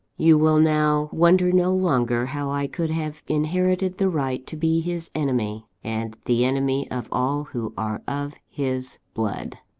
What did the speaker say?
you will now wonder no longer how i could have inherited the right to be his enemy, and the enemy of all who are of his blood.